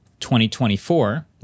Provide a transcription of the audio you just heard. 2024